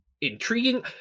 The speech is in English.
intriguing